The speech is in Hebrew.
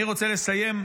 אני רוצה לסיים,